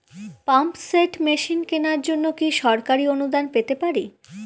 Pump set machine কেনার জন্য কি সরকারি অনুদান পেতে পারি?